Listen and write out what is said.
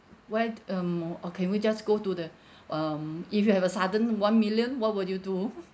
wait a mo~ or can we just go to the um if you have a sudden one million what would you do